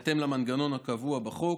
בהתאם למנגנון הקבוע בחוק.